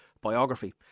biography